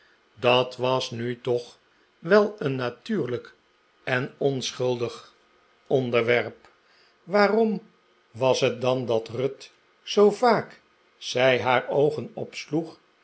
dat was nu toch wel een natuurlijk en onschuldig onderwerp waarom was het dan dat ruth zoo vaak zij haar oogen opsloeg